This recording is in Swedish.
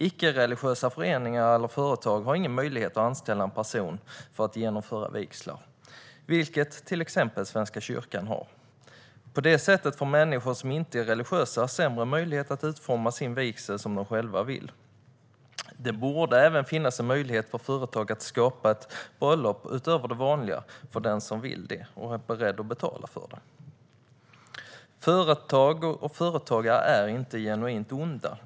Icke-religiösa föreningar eller företag har ingen möjlighet att anställa en person som ska förrätta vigslar, vilket till exempel Svenska kyrkan har. På det sättet får människor som inte är religiösa sämre möjlighet att utforma sin vigsel som de själva vill. Det borde även finnas en möjlighet för företag att anordna ett bröllop utöver det vanliga för den som vill det och som är beredd att betala för det. Företag och företagare är inte genuint onda.